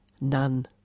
none